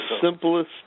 simplest